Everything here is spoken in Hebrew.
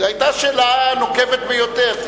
זו היתה שאלה נוקבת ביותר.